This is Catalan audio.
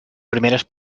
primeres